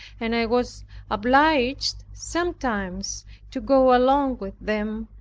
and i was obliged sometimes to go along with them,